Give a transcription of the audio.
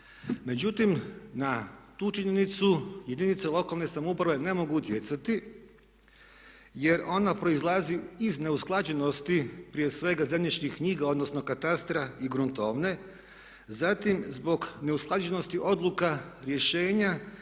Međutim, na tu činjenicu jedinice lokalne samouprave ne mogu utjecati jer ona proizlazi iz neusklađenosti prije svega zemljišnih knjiga, odnosno katastra i gruntovne. Zatim zbog neusklađenosti odluka, rješenja